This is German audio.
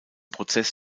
prozess